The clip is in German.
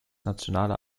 nationale